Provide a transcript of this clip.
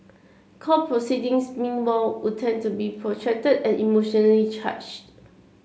court proceedings meanwhile would tend to be protracted and emotionally charged